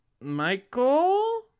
Michael